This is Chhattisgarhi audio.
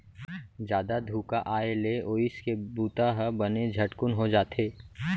जादा धुका आए ले ओसई के बूता ह बने झटकुन हो जाथे